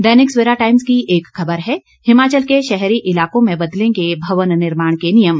दैनिक Savera Times की एक खबर है हिमाचल के शहरी इलाकों में बदलेंगे भवन निर्माण के नियम